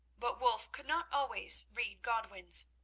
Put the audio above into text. but wulf could not always read godwin's,